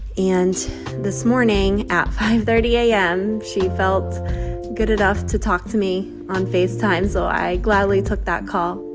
and this morning at five thirty a m, she felt good enough to talk to me on facetime, so i gladly took that call.